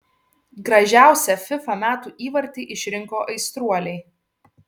gražiausią fifa metų įvartį išrinko aistruoliai